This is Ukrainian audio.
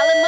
Але меморандум